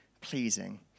pleasing